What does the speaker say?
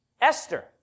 Esther